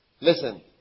Listen